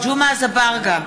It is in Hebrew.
טלב אבו עראר,